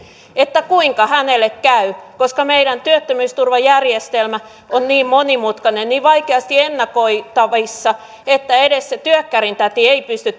kuinka hänelle käy koska meidän työttömyysturvajärjestelmä on niin monimutkainen niin vaikeasti ennakoitavissa että edes se työkkärin täti ei pysty